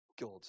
God